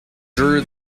drew